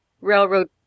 Railroad